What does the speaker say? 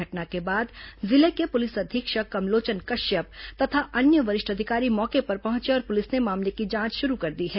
घटना के बाद जिले के पुलिस अधीक्षक कमलोचन कश्यप तथा अन्य वरिष्ठ अधिकारी मौके पर पहुंचे और पुलिस ने मामले की जांच शुरू कर दी है